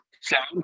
sound